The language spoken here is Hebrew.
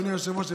אדוני היושב-ראש,